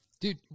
Dude